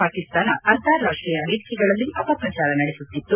ಪಾಕಿಸ್ತಾನ ಅಂತಾರಾಷ್ಟೀಯ ವೇದಿಕೆಗಳಲ್ಲಿ ಅಪಪ್ರಚಾರ ನಡೆಸುತ್ತಿತ್ತು